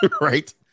right